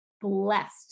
blessed